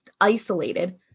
isolated